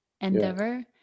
endeavor